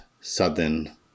southern